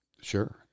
sure